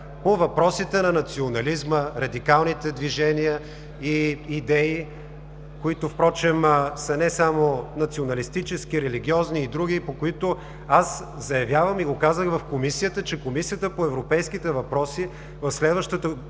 по въпросите на национализма, радикалните движения и идеи, които, впрочем, са не само националистически, религиозни и други, по които аз заявявам и го казах в Комисията, че Комисията по европейските въпроси в следващата